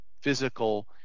physical